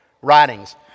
writings